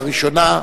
לראשונה,